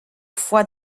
foie